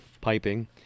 piping